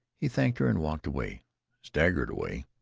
he thanked her and walked away staggered away.